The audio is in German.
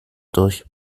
durch